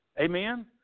Amen